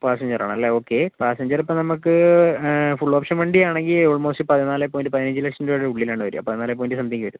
passenger ആണ് അല്ലേ okay passenger ഇപ്പോൾ നമുക്ക് ഫുൾ ഓപ്ഷൻ വണ്ടി ആണെങ്കിൽ ഓൾമോസ്റ്റ് പതിനാല് പോയിൻറ്റ് പതിനഞ്ച് ലക്ഷം രൂപയുടെ ഉള്ളിലാണ് വരുക പതിനാല് പോയിൻറ്റ് സംതിംഗ് വരും